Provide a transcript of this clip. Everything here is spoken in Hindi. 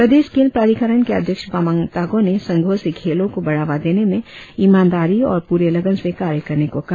प्रदेश खेल प्राधिकरण के अध्यक्ष बामांग तागो ने संघो से खेलों को बढ़ावा देने में ईमानदारी और पूरे लगन से कार्य करने को कहा